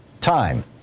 time